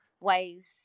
ways